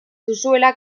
duzuela